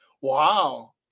wow